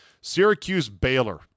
Syracuse-Baylor